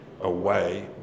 away